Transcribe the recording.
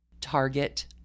Target